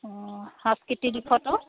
অঁ সাংস্কৃতিক দিশতো